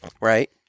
Right